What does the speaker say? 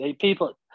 people